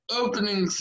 opening